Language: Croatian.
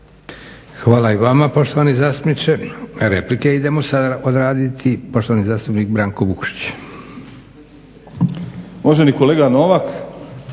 Hvala i vama poštovani zastupniče. Replike idemo sada odraditi. Poštovani zastupnik Branko Vukšić. **Vukšić, Branko